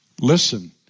Listen